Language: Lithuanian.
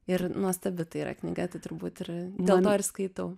ir nuostabi tai yra knyga tai turbūt ir dėl to ir skaitau